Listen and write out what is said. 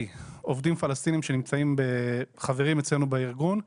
עובדים פלסטינים שחברים אצלנו בארגון,